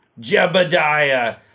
Jebediah